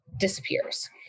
disappears